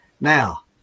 now